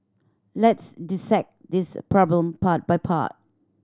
let's dissect this problem part by part